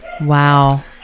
wow